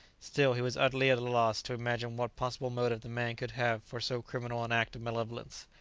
still he was utterly at a loss to imagine what possible motive the man could have for so criminal an act of malevolence,